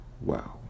wow